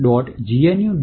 note